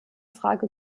frage